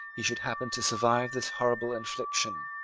he should happen to survive this horrible infliction,